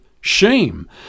Shame